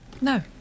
No